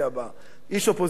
איש אופוזיציה טוב תהיה,